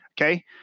Okay